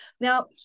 now